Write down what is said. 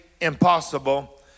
impossible